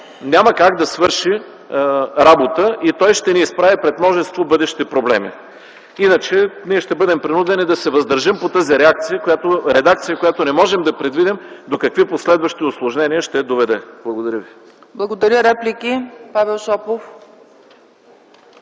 няма да свърши работа и ще ни изправи пред множество бъдещи проблеми. Иначе ние ще бъдем принудени да се въздържим от тази редакция, която не можем да предвидим до какви последващи усложнения ще доведе. Благодаря ви. ПРЕДСЕДАТЕЛ